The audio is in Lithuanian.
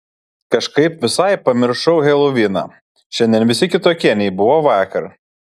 kažkaip visai pamiršau heloviną šiandien visi kitokie nei buvo vakar